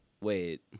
Wait